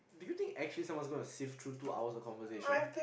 did you think anyone's actually gonna sit through for two hours of conversation